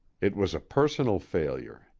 it was a personal failure.